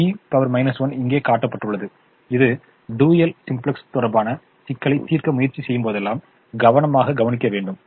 B 1 இங்கே காட்டப்பட்டுள்ளது இது டூயல் சிம்ப்ளக்ஸ் தொடர்பான சிக்கல்களைச் தீர்க்க முயற்சி செய்யும்போதெல்லாம் கவனமாக கவனிக்க வேண்டும்